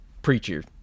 Preacher